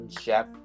Chef